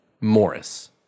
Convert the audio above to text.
Morris